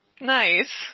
Nice